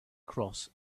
cross